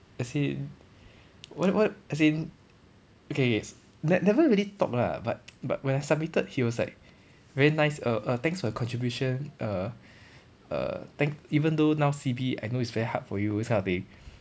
as in what what as in okay K ne~ never really talk lah but but when I submitted he was like very nice err err thanks for your contribution err err thank even though now C_B I know it's very hard for you this kind of thing